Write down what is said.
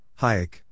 Hayek